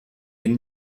den